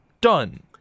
Done